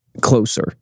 closer